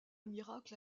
miracle